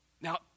Now